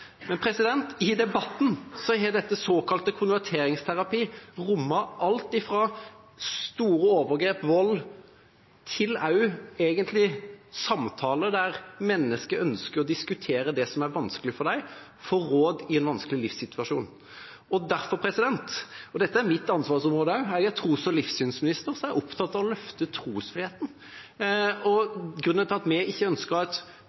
Men i debatten har denne såkalte konverteringsterapien rommet alt fra store overgrep og vold til samtaler der mennesker egentlig ønsker å diskutere det som er vanskelig for dem, og få råd i en vanskelig livssituasjon. Dette er mitt ansvarsområde også, jeg er tros- og livssynsminister, og derfor er jeg opptatt av å løfte trosfriheten. Grunnen til at vi ikke ønsket et